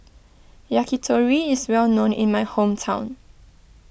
Yakitori is well known in my hometown